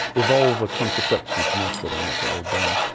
evolve a contraception method, and that's what they've done.